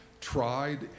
tried